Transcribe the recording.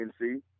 NC